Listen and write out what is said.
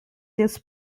this